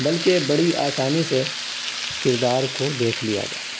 بلکہ بڑی آسانی سے کردار کو دیکھ لیا جاتا ہے